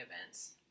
events